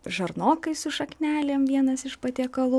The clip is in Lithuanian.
žarnokai su šaknelėm vienas iš patiekalų